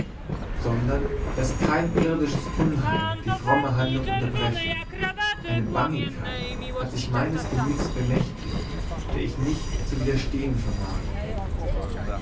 sondern daß kein irdisches unheil die fromme handlung unterbreche eine bangigkeit hat sich meines gemüts bemächtigt der ich nicht zu widerstehen vermag